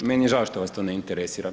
Meni je žao što vas to ne interesira.